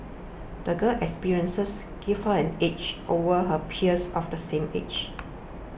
the girl's experiences gave her an edge over her peers of the same age